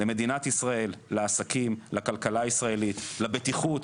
למדינת ישראל, לעסקים, לכלכלה הישראלית, לבטיחות?